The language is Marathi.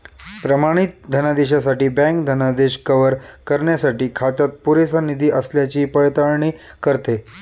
प्रमाणित धनादेशासाठी बँक धनादेश कव्हर करण्यासाठी खात्यात पुरेसा निधी असल्याची पडताळणी करते